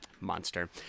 Monster